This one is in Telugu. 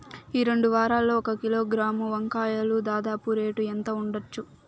ఈ రెండు వారాల్లో ఒక కిలోగ్రాము వంకాయలు దాదాపు రేటు ఎంత ఉండచ్చు?